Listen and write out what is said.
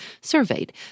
surveyed